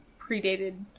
predated